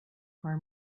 our